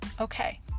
Okay